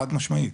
חד משמעית.